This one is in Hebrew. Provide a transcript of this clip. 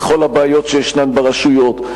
בכל הבעיות שיש ברשויות,